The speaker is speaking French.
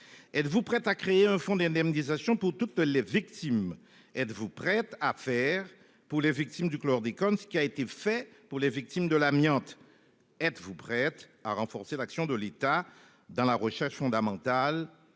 Êtes-vous prêt à créer un fonds d'indemnisation pour toutes les victimes. Êtes-vous prête à faire pour les victimes du chlordécone, ce qui a été fait pour les victimes de l'amiante. Êtes-vous prête à renforcer l'action de l'État dans la recherche fondamentale